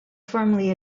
formally